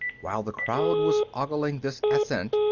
while the crowd was ogling this ascent,